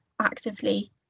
actively